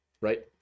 right